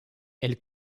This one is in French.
elle